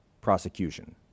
prosecution